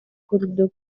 курдук